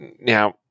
now